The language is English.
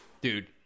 dude